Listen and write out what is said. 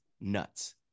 nuts